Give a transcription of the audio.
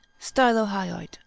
stylohyoid